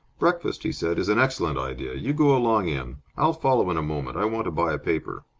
breakfast, he said, is an excellent idea. you go along in. i'll follow in a moment. i want to buy a paper.